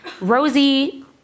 Rosie